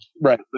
Right